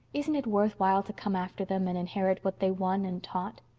isn't it worthwhile to come after them and inherit what they won and taught?